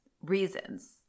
reasons